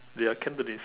they are Cantonese